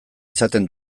izaten